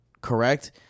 correct